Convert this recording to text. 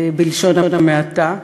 בלשון המעטה,